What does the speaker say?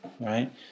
right